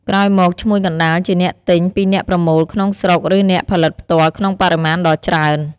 ក្រោយមក ឈ្មួញកណ្តាល ជាអ្នក ទិញ ពីអ្នកប្រមូលក្នុងស្រុក ឬអ្នកផលិតផ្ទាល់ក្នុងបរិមាណដ៏ច្រើន។